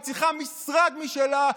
היא צריכה משרד משלה,